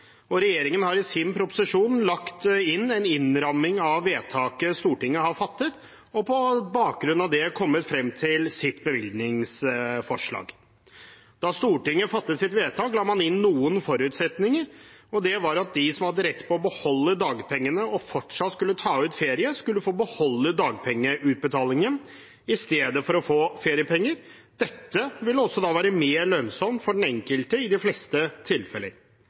bevilgningsvedtaket. Regjeringen har i sin proposisjon lagt inn en innramming av vedtaket Stortinget har fattet, og på bakgrunn av det kommet frem til sitt bevilgningsforslag. Da Stortinget fattet sitt vedtak, la man inn noen forutsetninger, og det var at de som hadde rett på å beholde dagpengene og fortsatt skulle ta ut ferie, skulle få beholde dagpengeutbetalingen i stedet for å få feriepenger. Dette ville også være mer lønnsomt for den enkelte i de fleste tilfeller.